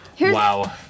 wow